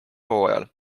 hooajal